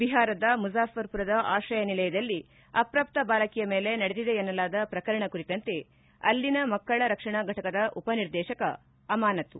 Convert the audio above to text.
ಬಿಹಾರದ ಮುಜಾಫರ್ಮರದ ಆಶ್ರಯ ನಿಲಯದಲ್ಲಿ ಅಪ್ರಾಪ್ತ ಬಾಲಕಿಯ ಮೇಲೆ ನಡೆದಿದೆ ಎನ್ನಲಾದ ಪ್ರಕರಣ ಕುರಿತಂತೆ ಅಲ್ಲಿನ ಮಕ್ಕಳ ರಕ್ಷಣಾ ಘಟಕದ ಉಪನಿರ್ದೇಶಕ ಅಮಾನತು